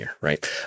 right